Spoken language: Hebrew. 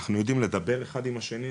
אנחנו יודעים לדבר אחד עם השני,